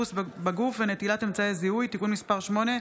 חיפוש בגוף ונטילת אמצעי זיהוי) (תיקון מס' 8),